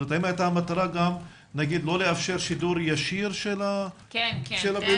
המטרה הייתה לא לאפשר שידור ישיר של הפעילות?